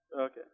Okay